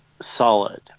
solid